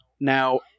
Now